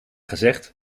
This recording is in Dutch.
gezegd